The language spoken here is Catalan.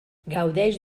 gaudeix